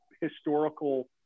historical